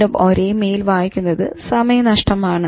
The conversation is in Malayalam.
വീണ്ടും ഒരേ മെയിൽ വായിക്കുന്നത് സമയനഷ്ടമാണ്